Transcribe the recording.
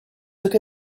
took